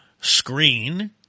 screen